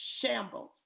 shambles